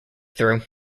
through